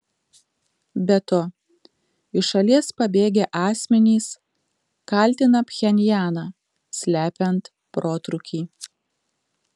be to iš šalies pabėgę asmenys kaltina pchenjaną slepiant protrūkį